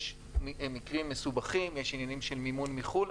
יש מקרים מסובכים, יש עניינים של מימון מחו"ל.